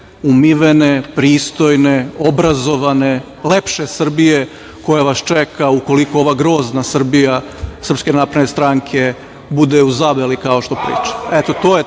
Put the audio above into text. umivene, pristojne, obrazovane, lepše Srbije, koja vas čeka ukoliko ova grozna Srbija SNS bude u Zabeli, kao što priča. Eto, to je